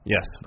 Yes